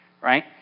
right